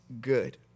good